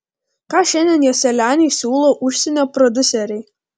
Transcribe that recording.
ką šiandien joselianiui siūlo užsienio prodiuseriai